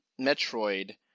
Metroid